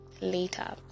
later